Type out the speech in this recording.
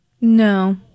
no